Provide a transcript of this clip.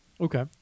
Okay